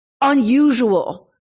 unusual